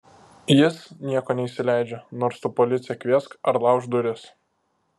jis nieko neįsileidžia nors tu policiją kviesk ar laužk duris